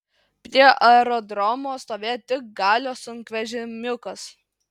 prie aerodromo stovėjo tik galio sunkvežimiukas